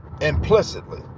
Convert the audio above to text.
implicitly